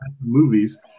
Movies